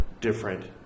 different